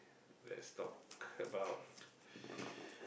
let's talk about